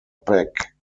peck